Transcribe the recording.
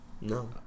No